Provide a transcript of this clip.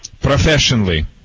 professionally